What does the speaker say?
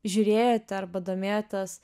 žiūrėjote arba domėjotės